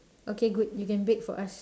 okay good you can bake for us